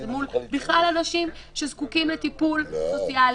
זה מול בכלל אנשים שזקוקים לטיפול סוציאלי,